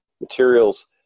materials